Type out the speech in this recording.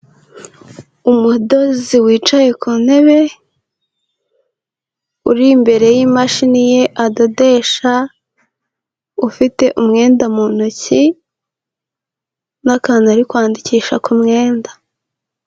Umudozi wicaye ku ntebe, uri imbere y'imashini ye adodesha, ufite umwenda mu ntoki, n'akanzu ari kwandikisha ku mwenda.